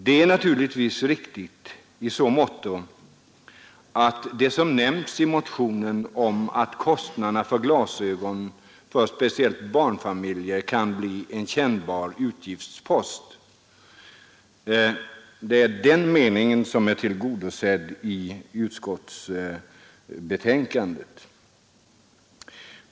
Det är naturligtvis riktigt i vad gäller det som i motionen sagts om att kostnaderna för glasögon för speciellt barnfamiljer kan bli en kännbar utgiftspost. Det är den meningen som har blivit tillgodosedd i utskottsbetänkandet.